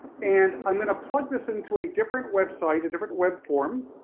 and i'm gonna plug this into a different website, a different web form,